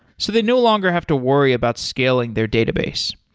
so they no longer have to worry about scaling their database.